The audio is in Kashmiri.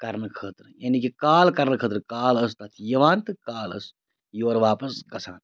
کَرنہٕ خٲطرٕ یعنے کہِ کال کَرنہٕ خٲطرٕ کال ٲس تَتھ یِوان تہٕ کال ٲس یور واپَس گژھان